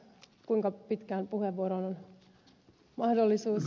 kuinka pitkään puheenvuoroon on mahdollisuus